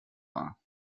war